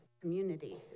community